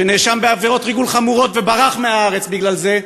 שנאשם בעבירות ריגול חמורות וברח מהארץ בגלל זה,